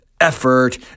effort